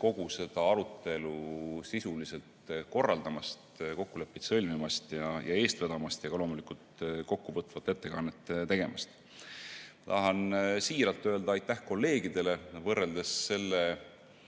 kogu seda arutelu sisuliselt korraldamast, kokkuleppeid sõlmimast ja eest vedamast ja ka loomulikult kokkuvõtvat ettekannet tegemast! Tahan siiralt öelda aitäh kolleegidele. Võrreldes selle,